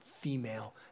female